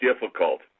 difficult